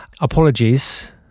Apologies